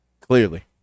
Clearly